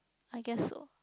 I guess so